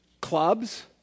Clubs